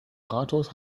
rathaus